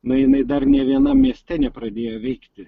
na jinai dar nė vienam mieste nepradėjo veikti